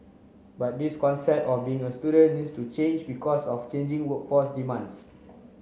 but this concept of being a student needs to change because of changing workforce demands